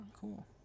Cool